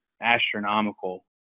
astronomical